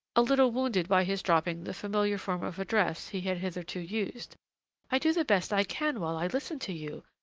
a little wounded by his dropping the familiar form of address he had hitherto used i do the best i can while i listen to you,